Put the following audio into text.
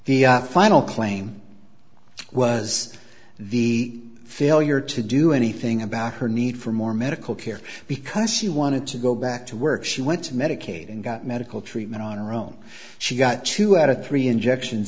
the final claim was the failure to do anything about her need for more medical care because she wanted to go back to work she went to medicaid and got medical treatment on her own she got two out of three injections